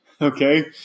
Okay